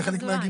זה חלק מהגיבוש.